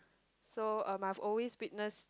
so um I've always witnessed